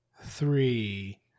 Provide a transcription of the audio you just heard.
three